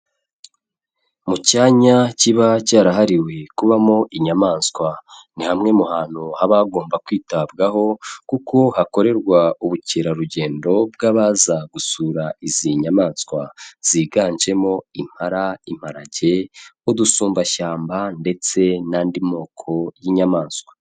Mu cyanya kiba cyarahariwe kubamo inyamaswa ni hamwe mu hantu habagomba kwitabwaho, kuko hakorerwa ubukerarugendo bw'abaza gusura izi nyamaswa ziganjemo impara, imparage, udusumbashyamba ndetse n'andi moko y'inyamaswa.